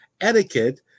etiquette